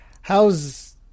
how's